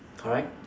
correct